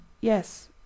yes